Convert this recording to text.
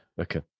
Okay